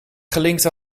gelinkt